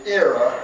era